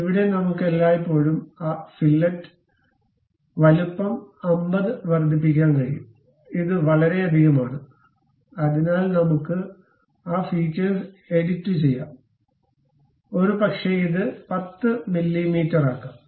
ഇവിടെ നമുക്ക് എല്ലായ്പ്പോഴും ആ ഫില്ലറ്റ് വലുപ്പം 50 വർദ്ധിപ്പിക്കാൻ കഴിയും ഇത് വളരെയധികം ആണ് അതിനാൽ നമുക്ക് ആ ഫീച്ചേഴ്സ് എഡിറ്റുചെയ്യാം ഒരുപക്ഷേ ഇത് 10 മില്ലീമീറ്ററാക്കാം